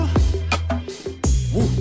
Woo